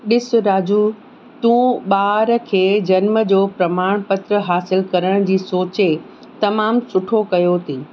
ॾिस राजू तूं ॿार खे जनम जो प्रमाणपत्र हासिलु करण जी सोचे तमामु सुठो कयो थी